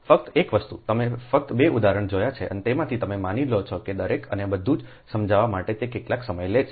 ફક્ત એક વસ્તુ તમે ફક્ત 2 ઉદાહરણો જોયા છે અને તેમાંથી તમે માની લો છો કે દરેક અને બધું સમજાવવા માટે તે કેટલો સમય લે છે